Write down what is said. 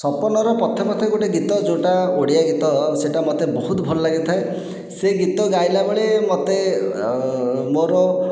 ସପନର ପଥେ ପଥେ ଗୋଟିଏ ଗୀତ ଯେଉଁଟା ଓଡ଼ିଆ ଗୀତ ସେଇଟା ମୋତେ ବହୁତ ଭଲ ଲାଗିଥାଏ ସେଇ ଗୀତ ଗାଇଲା ବେଳେ ମୋତେ ମୋ'ର